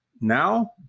Now